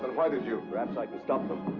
why did you? perhaps i can stop them.